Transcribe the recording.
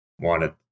wanted